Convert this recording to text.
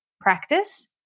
practice